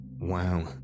Wow